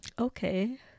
okay